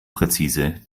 präzise